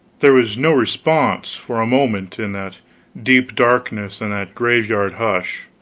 there was no response, for a moment in that deep darkness and that graveyard hush.